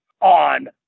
on